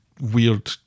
weird